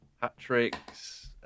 hat-tricks